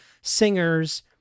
singers